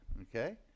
okay